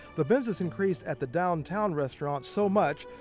the business increased at the downtown restaurant so much,